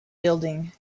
building